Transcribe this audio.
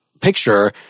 picture